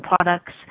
products